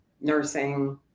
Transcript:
nursing